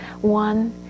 One